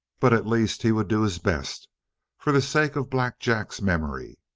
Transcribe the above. but at least he would do his best for the sake of black jack's memory.